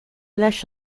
leis